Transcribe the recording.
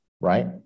right